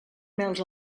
mel